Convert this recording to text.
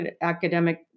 academic